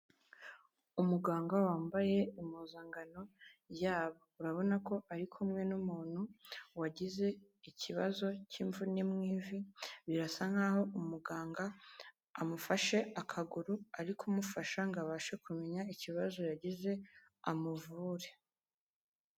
Umuganga wambaye impuzangano yabo, urabona ko ari kumwe n'umuntu wagize ikibazo cy'imvune mu ivi, birasa nk'aho umuganga amufashe akaguru ari kumufasha ngo abashe kumenya ikibazo yagize amuvure.